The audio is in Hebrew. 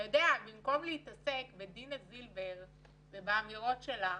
במקום להתעסק בדינה זילבר ובאמירות שלה,